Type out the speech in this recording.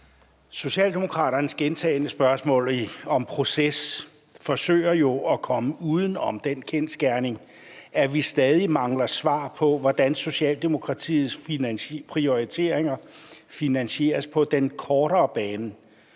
Socialdemokratiets gentagne spørgsmål om proces forsøger man jo at komme uden om den kendsgerning, at vi stadig mangler svar på, hvordan Socialdemokratiets prioriteringer finansieres på den kortere bane.